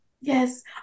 yes